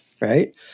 right